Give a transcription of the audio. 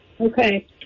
Okay